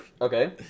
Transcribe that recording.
Okay